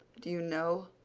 do you know,